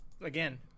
again